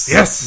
Yes